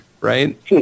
Right